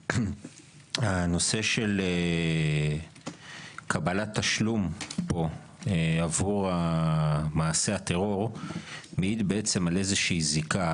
הנושא של קבלת תשלום פה עבור מעשה הטרור מעיד על איזושהי זיקה,